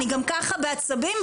אני גם ככה בעצבים,